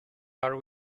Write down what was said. are